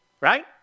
right